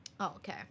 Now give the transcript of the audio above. Okay